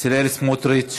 בצלאל סמוטריץ.